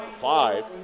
five